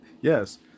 Yes